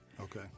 Okay